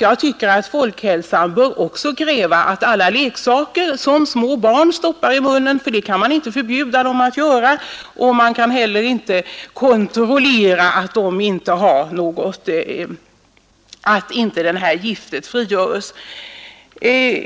Jag tycker att folkhälsan bör kräva detsamma i fräga om leksaker, som små barn stoppar i munnen — för det kan man inte förbjuda dem att göra, och man kan inte heller kontrollera att inte giftet frigöres.